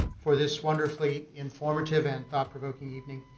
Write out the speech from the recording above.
for this wonderfully informative and thought-provoking evening.